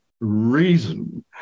Reason